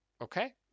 Okay